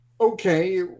okay